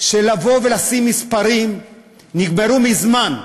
של לבוא ולשים מספרים נגמרו מזמן.